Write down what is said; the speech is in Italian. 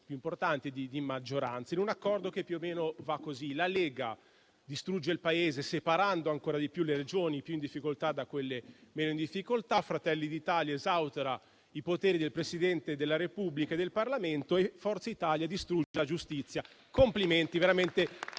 più importanti di maggioranza, in un accordo che più o meno è il seguente. La Lega distrugge il Paese, separando ancora di più le Regioni più in difficoltà da quelle meno in difficoltà; Fratelli d'Italia esautora i poteri del Presidente della Repubblica e del Parlamento e Forza Italia distrugge la giustizia. Complimenti, veramente